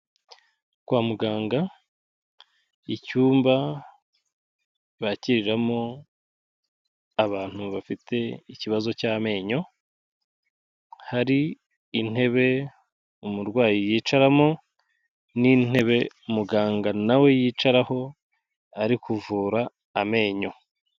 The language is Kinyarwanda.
Kwa muganga, icyumba bakiriramo abantu bafite ikibazo cy' amenyo. Hari intebe umurwayi yicararaho n' intebe muganga yicaraho ari kubura amenyo.